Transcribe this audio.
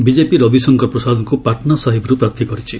BJP Ravishankar ପ୍ରସାଦଙ୍କୁ ପାଟ୍ନା ସାହିବର୍ତ୍ ପ୍ରାର୍ଥୀ କରିଛି